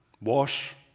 wash